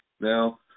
Now